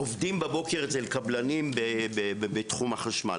עובדים בבוקר אצל קבלנים בתחום החשמל.